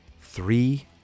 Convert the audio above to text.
three